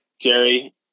Jerry